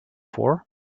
for